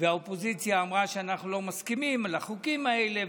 האופוזיציה אמרה: אנחנו לא מסכימים לחוקים האלה,